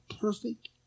perfect